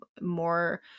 more